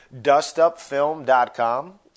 Dustupfilm.com